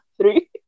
three